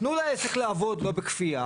תנו לעסק לעבוד לא בכפיה,